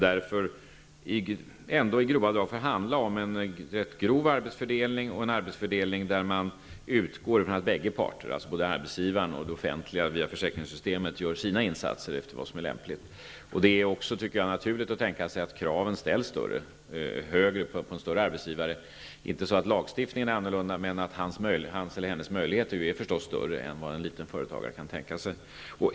Därför får det handla om en arbetsfördelning i grova drag, där man utgår från att bägge parter, alltså både arbetsgivaren och det offentliga via försäkringssystemet, gör sina insatser efter vad som är lämpligt. Det är naturligt att tänka sig att kraven ställs högre på en större arbetsgivare. Inte så att lagstiftningen är annorlunda, men ett större företag har andra möjligheter än ett mindre företag.